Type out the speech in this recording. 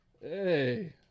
Hey